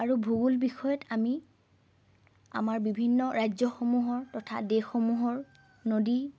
আৰু ভূগোল বিষয়ত আমি আমাৰ বিভিন্ন ৰাজ্যসমূহৰ তথা দেশসমূহৰ নদী